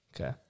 Okay